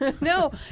No